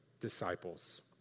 disciples